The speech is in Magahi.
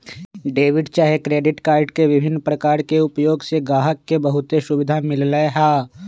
डेबिट चाहे क्रेडिट कार्ड के विभिन्न प्रकार के उपयोग से गाहक के बहुते सुभिधा मिललै ह